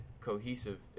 cohesive